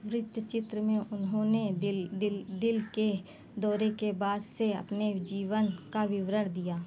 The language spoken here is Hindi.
वृत्तचित्र में उन्होंने दिल दिल के दौरे के बाद से अपने जीवन का विवरण दिया